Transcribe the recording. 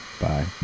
bye